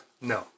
no